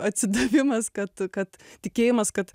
atsidavimas kad kad tikėjimas kad